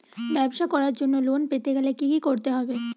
ব্যবসা করার জন্য লোন পেতে গেলে কি কি করতে হবে?